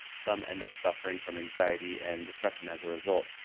some end up suffering from anxiety and depression as a result.